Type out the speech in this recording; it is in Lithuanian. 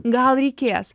gal reikės